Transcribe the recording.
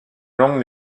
longues